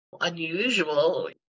unusual